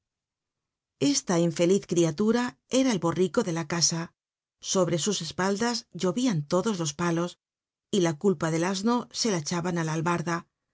esla infeliz crialura era el borrico de la casa sobre sus espaldas llovían todos los palos y la culpa del asno se la echaban á la albarda